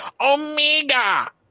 OMEGA